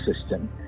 system